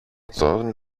τον